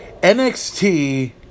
NXT